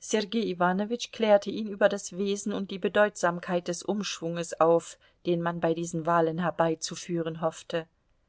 sergei iwanowitsch klärte ihn über das wesen und die bedeutsamkeit des umschwunges auf den man bei diesen wahlen herbeizuführen hoffte